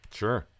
sure